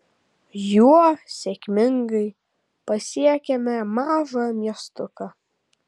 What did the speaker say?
juo sėkmingai pasiekėme mažą miestuką